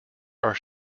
are